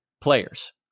players